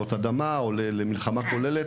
לרעידות אדמה, למלחמה כוללת.